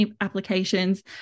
applications